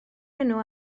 enw